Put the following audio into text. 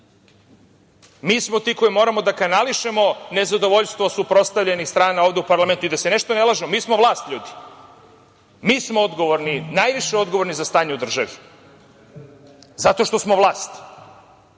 smo ti koji moramo da kanališemo nezadovoljstvo suprotstavljenih strana ovde u parlamentu. I da se nešto ne lažemo – mi smo vlast, ljudi. Mi smo najviše odgovorni za stanje u državi, zato što smo vlast.